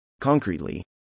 Concretely